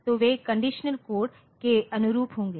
तो वे conditional code के अनुरूप होंगे